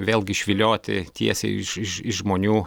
vėlgi išvilioti tiesiai iš iš iš žmonių